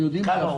מה המספר?